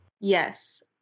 Yes